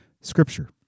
scripture